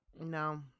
no